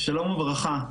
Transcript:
שלום וברכה.